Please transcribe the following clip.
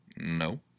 No